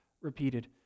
repeated